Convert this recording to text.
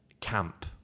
camp